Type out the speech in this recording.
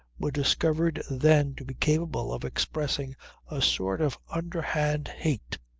were discovered then to be capable of expressing a sort of underhand hate.